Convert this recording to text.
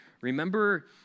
Remember